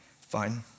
Fine